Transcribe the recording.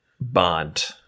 Bond